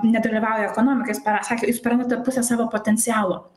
nedalyvauja ekonomikoj jis par sakė jūs prarandate pusę savo potencialo